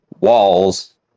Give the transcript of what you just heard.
walls